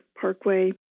parkway